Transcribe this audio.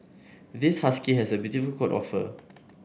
this husky has a beautiful coat of fur